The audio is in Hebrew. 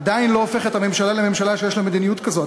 עדיין לא הופך את הממשלה לממשלה שיש לה מדיניות כזאת.